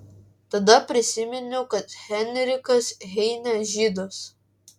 tada prisiminiau kad heinrichas heinė žydas